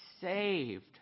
saved